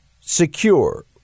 secure